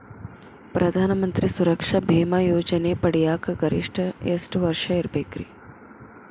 ಪ್ರಧಾನ ಮಂತ್ರಿ ಸುರಕ್ಷಾ ಭೇಮಾ ಯೋಜನೆ ಪಡಿಯಾಕ್ ಗರಿಷ್ಠ ಎಷ್ಟ ವರ್ಷ ಇರ್ಬೇಕ್ರಿ?